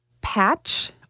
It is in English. Patch